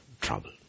trouble